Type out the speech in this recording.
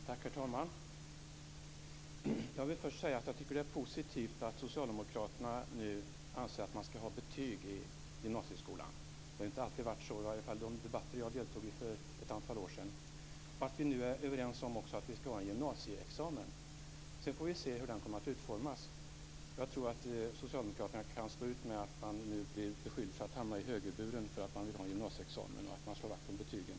Herr talman! Jag vill först säga att jag tycker att det är positivt att socialdemokraterna nu anser att man skall ha betyg i gymnasieskolan. Det har ju inte alltid varit så, i varje fall inte i de debatter som jag för ett antal år sedan deltog i. Vidare är vi nu överens om att vi skall ha en gymnasieexamen. Sedan får vi se hur den utformas. Jag tror att socialdemokraterna kan stå ut med att nu bli beskyllda för att hamna i högerburen därför att man vill ha en gymnasieexamen och slår vakt om betygen.